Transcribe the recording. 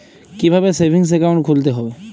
কীভাবে savings account খুলতে হবে?